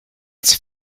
its